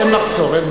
אין מחסור, אין מחסור.